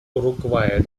уругвая